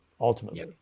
ultimately